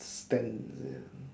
spend the